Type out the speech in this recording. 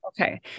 Okay